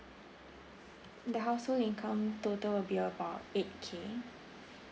the household income total will be about eight K